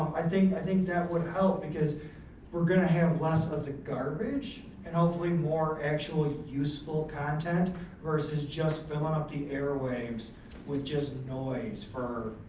i think i think that would help because we're gonna have less of the garbage and hopefully more actual useful content versus just filling up the airwaves with just noise for